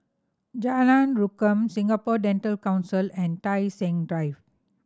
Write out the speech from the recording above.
Jalan Rukam Singapore Dental Council and Tai Seng Drive